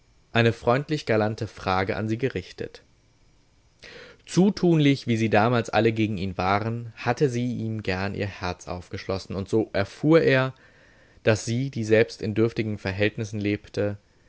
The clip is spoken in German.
eine freundlich galante frage an sie gerichtet zutunlich wie sie damals alle gegen ihn waren hatte sie ihm gern ihr herz aufgeschlossen und so erfuhr er daß sie die selbst in dürftigen verhältnissen lebte